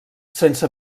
sense